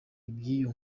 iby’iyo